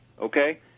Okay